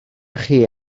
chi